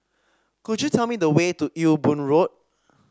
could you tell me the way to Ewe Boon Road